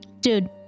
Dude